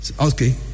Okay